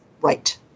right